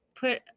put